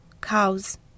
Cows